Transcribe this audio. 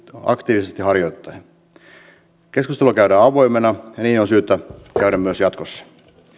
aktiivisesti harjoittaen keskustelua käydään avoimena ja niin on syytä käydä myös jatkossa